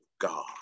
God